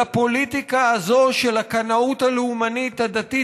לפוליטיקה הזו של הקנאות הלאומנית הדתית